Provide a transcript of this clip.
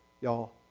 y'all